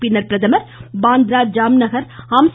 பின்னர் பிரதமர் பந்த்ரா ஜாம்நகர் ஹம்ஸ